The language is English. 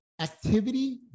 Activity